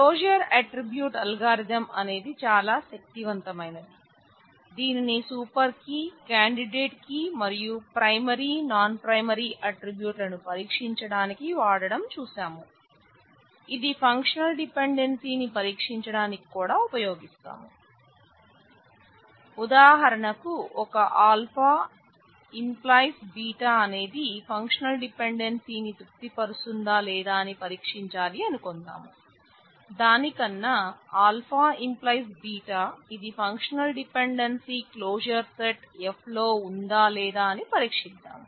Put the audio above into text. closure attribute algorithm F లో ఉందా లేదా అని పరీక్షిద్దాం